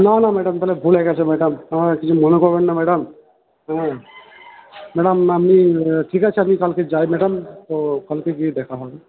না না ম্যাডাম তাহলে ভুল হয়ে গেছে ম্যাডাম হ্যাঁ কিছু মনে করবেন না ম্যাডাম ম্যাডাম আপনি ঠিক আছে আমি কালকে যাই ম্যাডাম তো কালকে গিয়ে দেখা হবে